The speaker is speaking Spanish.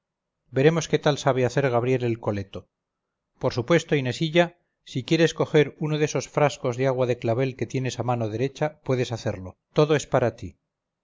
veremos qué tal sabe hacer gabriel el coleto por supuesto inesilla si quieres coger uno de esos frascos de agua de clavel que tienes a mano derecha puedes hacerlo todo es para ti